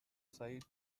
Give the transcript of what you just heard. sight